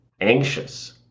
anxious